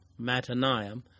Mataniah